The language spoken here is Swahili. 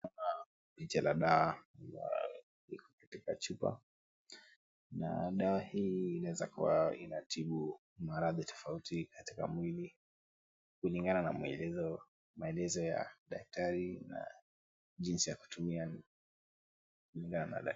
Kuna picha la dawa na liko katika chupa na dawa hii inaweza kuwa inatibu maradhi tofauti katika mwili, kulingana na maelezo ya daktari na jinsi ya kutumia kulingana na daktari.